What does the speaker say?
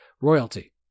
royalty